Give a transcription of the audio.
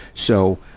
so,